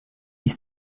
ist